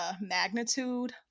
magnitude